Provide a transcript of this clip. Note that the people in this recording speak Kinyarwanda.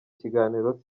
kiganiro